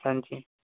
ਹਾਂਜੀ